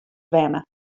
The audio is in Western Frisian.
wenne